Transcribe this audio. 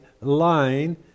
line